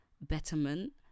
betterment